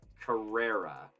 Carrera